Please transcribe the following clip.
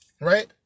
right